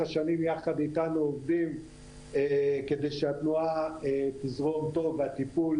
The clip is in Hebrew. השנים יחד איתנו עובדים כדי שהתנועה תזרום טוב והטיפול